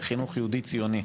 חינוך יהודי ציוני.